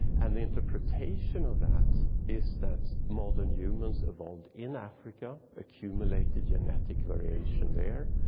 and the interpretation of that is that modern humans evolved in africa, accumulated genetic variation there,